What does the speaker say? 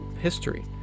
history